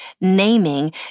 Naming